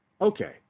okay